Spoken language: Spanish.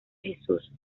jesús